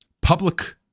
Public